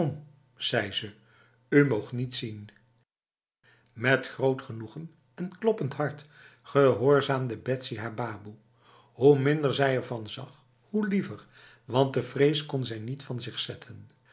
zei ze u moogt niets zienf met groot genoegen en kloppend hart gehoorzaamde betsy haar baboe hoe minder zij ervan zag hoe liever want de vrees kon zij niet van zich zetten